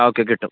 അതൊക്കെ കിട്ടും